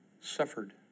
suffered